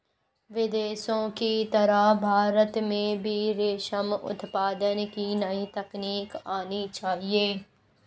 विदेशों की तरह भारत में भी रेशम उत्पादन की नई तकनीक आनी चाहिए